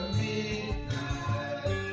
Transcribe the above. midnight